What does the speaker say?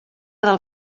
del